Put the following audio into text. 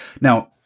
Now